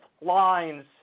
lines